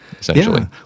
essentially